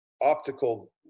optical